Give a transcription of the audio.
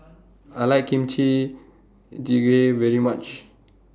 I like Kimchi Jjigae very much